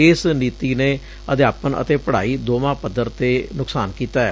ਇਸ ਨੀਤੀ ਨੇ ਅਧਿਆਪਨ ੱ ਅਤੇ ਪੜਾਈ ਦੋਵਾ ਪੱਧਰ ਤੇ ਨੁਕਸਾਨ ਕੀਡੈ